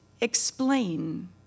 explain